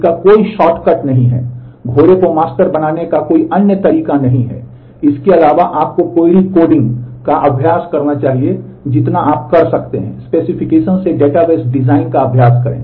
इसका कोई शॉर्टकट नहीं है घोड़े को मास्टर करने का कोई अन्य तरीका नहीं है इसके अलावा आपको क्वेरी कोडिंग का अभ्यास करें